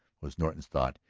was norton's thought,